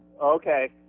Okay